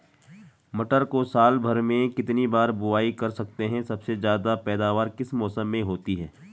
मटर को साल भर में कितनी बार बुआई कर सकते हैं सबसे ज़्यादा पैदावार किस मौसम में होती है?